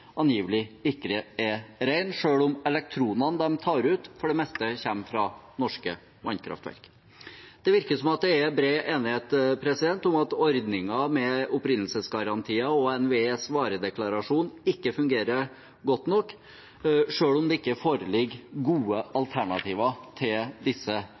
angivelig ikke er ren, selv om elektronene de tar ut, for det meste kommer fra norske vannkraftverk. Det virker som om det er bred enighet om at ordningen med opprinnelsesgarantier og NVEs varedeklarasjon ikke fungerer godt nok, selv om det ikke foreligger gode alternativer til disse